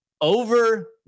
Over